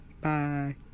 Bye